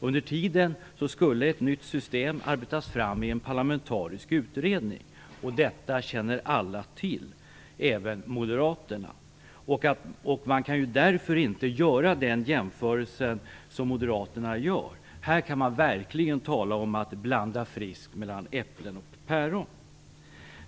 Under tiden skulle ett nytt system arbetas fram i en parlamentarisk utredning. Detta känner alla till, även Moderaterna. Man kan därför inte göra den jämförelse som Moderaterna gör. Här kan man verkligen tala om att friskt blanda äpplen och päron.